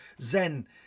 Zen